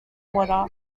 water